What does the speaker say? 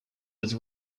was